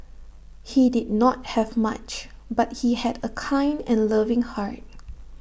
he did not have much but he had A kind and loving heart